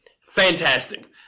Fantastic